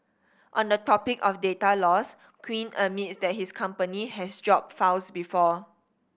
on the topic of data loss Quinn admits that his company has dropped files before